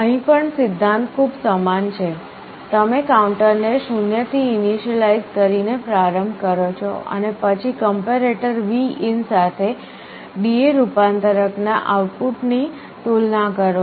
અહીં પણ સિદ્ધાંત ખૂબ સમાન છે તમે કાઉન્ટર ને 0 થી ઇનિશ્યલાઈઝ કરીને પ્રારંભ કરો અને પછી કંપેરેટર Vin સાથે DA રૂપાંતરક ના આઉટપુટ ની તુલના કરશે